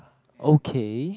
okay